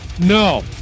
No